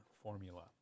formula